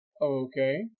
Okay